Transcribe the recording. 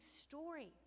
story